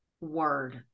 word